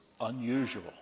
unusual